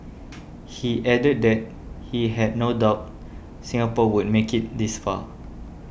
he added that he had no doubt Singapore would make it this far